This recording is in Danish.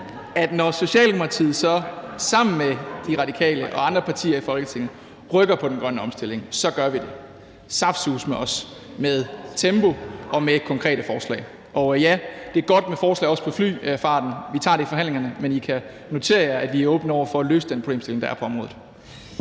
at når Socialdemokratiet så sammen med De Radikale og andre partier i Folketinget rykker på den grønne omstilling, så gør vi det saftsuseme også med tempo og med konkrete forslag. Og ja, det er også godt med forslag i forhold til flyfarten, og vi tager det i forhandlingerne, men I kan notere jer, at vi er åbne over for at løse den problemstilling, der er på området.